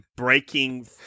Breaking